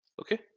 okay